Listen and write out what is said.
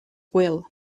will